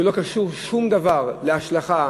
וזה לא קשור שום דבר להשלכה